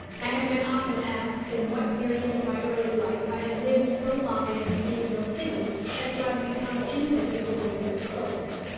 i have been often asked in what period of my early life i had lived so long in a cathedral city as to have become intimate with the ways of a close.